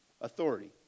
authority